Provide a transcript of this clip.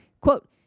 quote